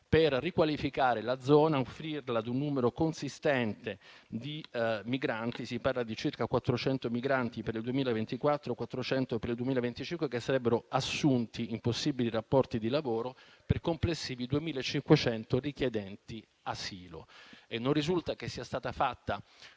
per riqualificare la zona, offrirla ad un numero consistente di migranti (si parla di circa 400 migranti per il 2024, 400 per il 2025) che sarebbero assunti in possibili i rapporti di lavoro per complessivi 2.500 richiedenti asilo. Non risulta che sia stata data